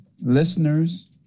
listeners